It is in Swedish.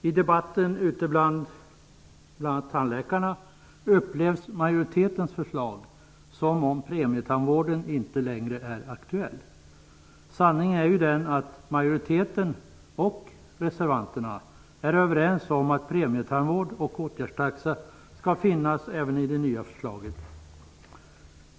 I debatten ute bland tandläkarna upplevs majoritetens förslag så, att premietandvården inte längre är aktuell. Sanningen är den att majoriteten och reservanterna är överens om att premietandvård och åtgärdstaxa skall finnas även i det nya förslaget.